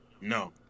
No